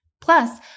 Plus